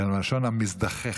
אלא מלשון מזדכך.